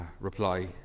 reply